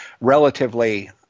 relatively